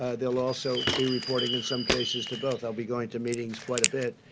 they'll also be reporting in some cases to both. i'll be going to meetings quite a bit,